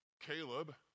Caleb